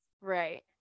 right